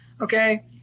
okay